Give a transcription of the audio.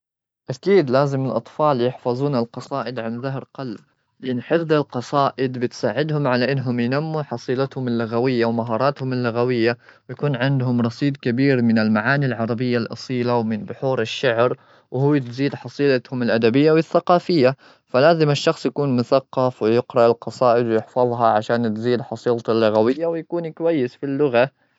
أكيد، لازم الأطفال يحفظون القصائد عن ظهر قلب. لإن حفظ القصائد بتساعدهم على أنهم ينموا حصيلتهم اللغوية ومهاراتهم اللغوية. ويكون عندهم رصيد كبير من المعاني العربية الأصيلة ومن بحور الشعر. وهوي تزيد حصيلتهم الأدبية والثقافية. فلازم الشخص يكون مثقف ويقرأ القصائد ويحفظها عشان تزيد حصيلته اللغوية ويكون كويس في اللغة.